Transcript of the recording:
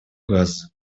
газы